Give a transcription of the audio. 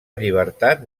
llibertat